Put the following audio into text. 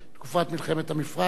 תקרא את הפרק הזה שם